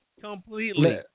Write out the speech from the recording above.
completely